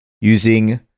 using